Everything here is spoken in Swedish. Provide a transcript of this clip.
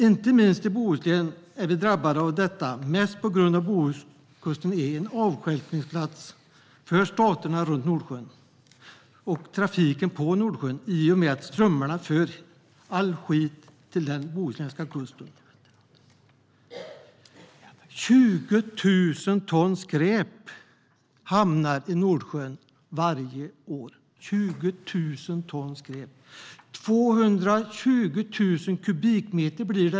Inte minst i Bohuslän är vi drabbade av detta, mest på grund av att Bohuskusten är avstjälpningsplats för staterna runt Nordsjön och trafiken på Nordsjön i och med att strömmarna för all skit till den bohuslänska kusten. 20 000 ton skräp hamnar i Nordsjön varje år. I volym blir det 220 000 kubikmeter.